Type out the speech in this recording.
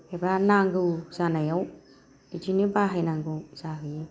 एबा नांगौ जानायाव बिदिनो बाहायनांगौ जाहैयो